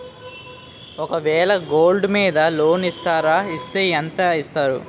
ఒక వేల గోల్డ్ మీద లోన్ ఇస్తారా? ఇస్తే ఎంత ఇస్తారు?